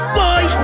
boy